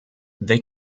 they